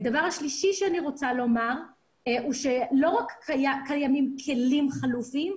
הדבר השלישי שאני רוצה לומר הוא לא רק שקיימים כלים חלופיים,